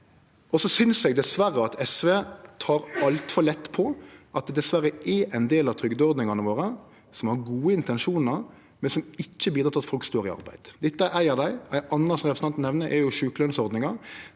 Så synest eg dessverre at SV tek altfor lett på at det dessverre er ein del av trygdeordningane våre som har gode intensjonar, men som ikkje bidreg til at folk står i arbeid. Dette er ei av dei, og ei anna som representanten nemner, er sjukelønsordninga.